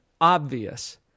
obvious